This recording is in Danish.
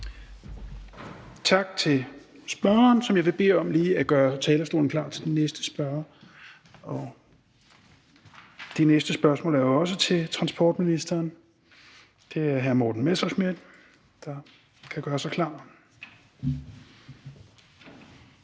Tak til spørgeren, som jeg vil bede om lige at gøre talerstolen klar til den næste spørger. Det næste spørgsmål er også til transportministeren, og det er hr. Morten Messerschmidt, der kan gøre sig klar.